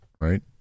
right